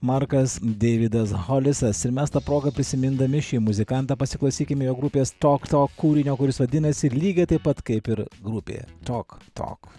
markas deividas holisas ir mes ta proga prisimindami šį muzikantą pasiklausykime jo grupės tok tok kūrinio kuris vadinasi lygiai taip pat kaip ir grupė tok tok